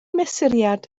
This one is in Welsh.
mesuriad